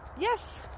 Yes